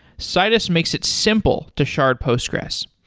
citus makes it simple to shard postgres.